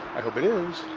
i hope it is.